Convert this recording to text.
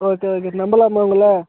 okay okay நம்பலாமா உங்களை